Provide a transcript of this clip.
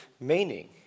meaning